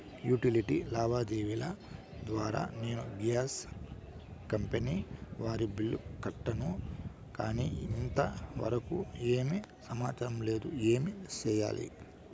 Utility లావాదేవీల ద్వారా నేను గ్యాస్ కంపెని వారి బిల్లు కట్టాను కానీ ఇంతవరకు ఏమి సమాచారం లేదు, ఏమి సెయ్యాలి?